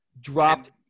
dropped